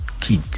kid